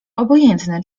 obojętne